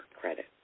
credit